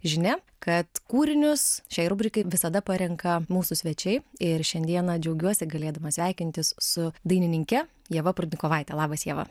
žinia kad kūrinius šiai rubrikai visada parenka mūsų svečiai ir šiandieną džiaugiuosi galėdama sveikintis su dainininke ieva prudnikovaite labas ieva